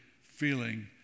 feeling